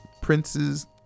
princes